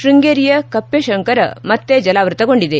ಶೃಂಗೇರಿಯ ಕಪ್ಪೆಶಂಕರ ಮತ್ತೆ ಜಲಾವೃತ್ತಗೊಂಡಿದೆ